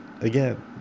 again